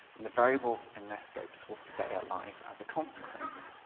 the variables in their scopes will stay alive as a consequence.